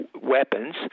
weapons